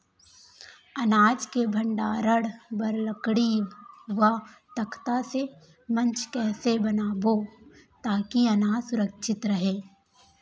अनाज के भण्डारण बर लकड़ी व तख्ता से मंच कैसे बनाबो ताकि अनाज सुरक्षित रहे?